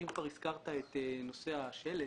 אם כבר הזכרת את נושא השלט,